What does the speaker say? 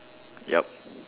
yup